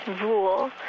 rule